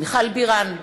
מיכל בירן,